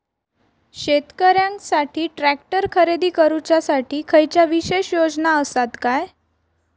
शेतकऱ्यांकसाठी ट्रॅक्टर खरेदी करुच्या साठी खयच्या विशेष योजना असात काय?